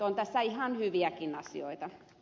on tässä ihan hyviäkin asioita